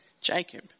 Jacob